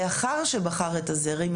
לאחר שבחר את הזרם,